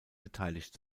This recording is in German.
beteiligt